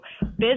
business